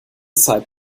zeit